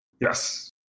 yes